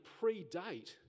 predate